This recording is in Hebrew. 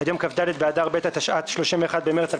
עד יום כ"ד באדר ב' התשע"ט (31 במארס 2019)